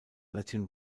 latin